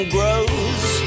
Grows